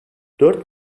dört